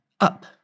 up